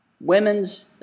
Women's